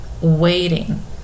waiting